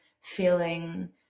feeling